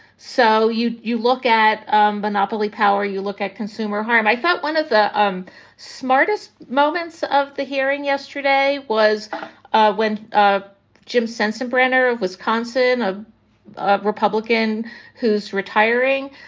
so you you look at um monopoly power, you look at consumer harm. i thought one of the um smartest moments of the hearing yesterday was when ah jim sensenbrenner of wisconsin, a ah republican who's retiring,